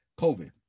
COVID